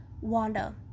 Wanda